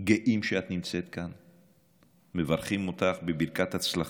גאים שאת נמצאת כאן, מברכים אותך בברכת הצלחה.